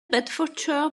bedfordshire